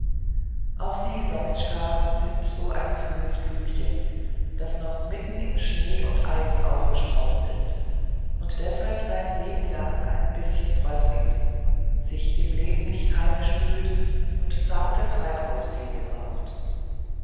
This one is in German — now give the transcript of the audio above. auch sie sonitschka sind so ein frühes blümchen das noch mitten im schnee und eis aufgesprossen ist und deshalb sein lebenlang ein bißchen fröstelt sich im leben nicht heimisch fühlt und zarte treibhauspflege braucht